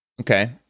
Okay